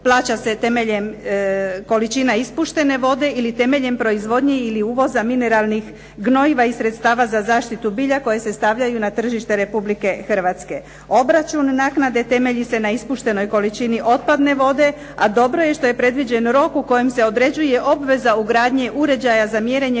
Plaća se temeljem količina ispuštene vode, ili temeljem proizvodnje ili uvoza mineralnih gnojiva i sredstava za zaštitu bilja koji se stavljaju na tržište Republike Hrvatske. Obračun naknade temelji se na ispuštenoj količini otpadne vode, a dobro je što je predviđen rok u kojem se određuje obveza ugradnje uređaja za mjerenje